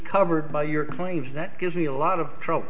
covered by your claims that gives me a lot of trouble